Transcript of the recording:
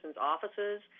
offices